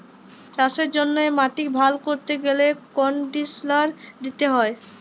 চাষের জ্যনহে মাটিক ভাল ক্যরতে গ্যালে কনডিসলার দিতে হয়